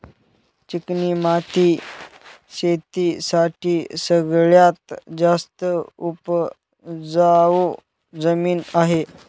चिकणी माती शेती साठी सगळ्यात जास्त उपजाऊ जमीन आहे